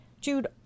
Jude